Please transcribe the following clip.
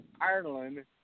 Ireland